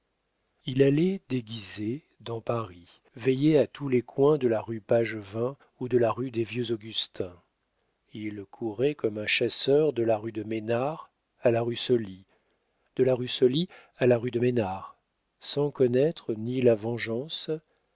il allait déguisé dans paris veillait à tous les coins de la rue pagevin ou de la rue des vieux augustins il courait comme un chasseur de la rue de ménars à la rue soly de la rue soly à la rue de ménars sans connaître ni la vengeance